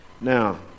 Now